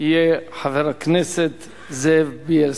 יהיה חבר הכנסת זאב בילסקי.